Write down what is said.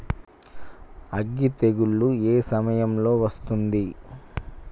అగ్గి తెగులు ఏ సమయం లో వస్తుంది?